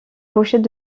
pochette